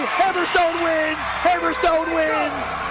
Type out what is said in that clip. hammerstone wins! hammerstone wins!